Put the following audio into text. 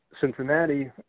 Cincinnati